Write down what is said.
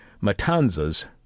Matanzas